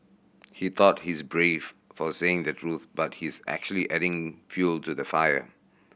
he thought he's brave for saying the truth but he's actually adding fuel to the fire